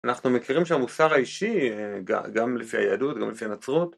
אנחנו מכירים שהמוסר האישי גם לפי היהדות גם לפי הנצרות.